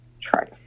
try